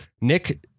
Nick